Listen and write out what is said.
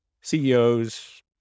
CEOs